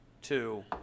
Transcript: two